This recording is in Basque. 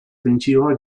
tentsioa